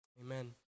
Amen